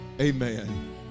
amen